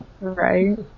Right